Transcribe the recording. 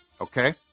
okay